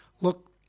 look